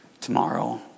Tomorrow